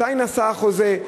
מתי נעשה החוזה,